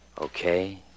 Okay